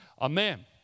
Amen